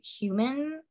human